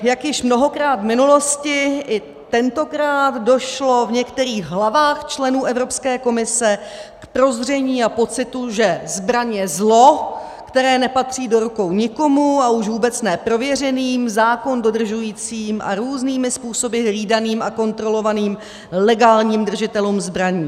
Jak již mnohokrát v minulosti, i tentokrát došlo v některých hlavách členů Evropské komise k prozření a pocitu, že zbraň je zlo, které nepatří do rukou nikomu, a už vůbec ne prověřeným, zákon dodržujícím a různými způsoby hlídaným a kontrolovaným legálním držitelům zbraní.